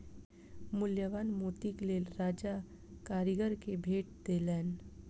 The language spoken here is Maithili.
मूल्यवान मोतीक लेल राजा कारीगर के भेट देलैन